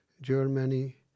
Germany